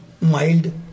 mild